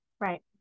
Right